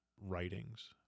writings